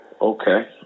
Okay